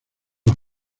las